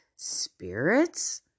spirits